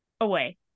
away